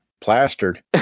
Plastered